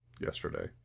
yesterday